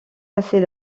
assez